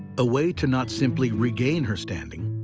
a way to not simply regain her standing,